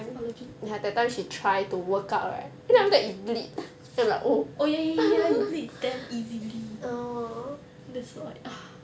!wah! legit oh ya ya ya ya it bleed damn easily that's why